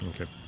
Okay